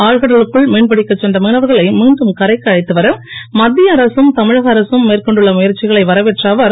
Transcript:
ஆழ்கடலுக்குன் மீன்பிடிக்கச் சென்ற மீனவர்களை மீண்டும் கரைக்கு அழைத்து வர மத்திய அரசும் தமிழக அரசும் மேற்கொண்டுள்ள முயற்சிகளை வரவேற்ற அவர்